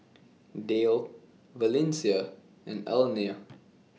Dayle Valencia and Alena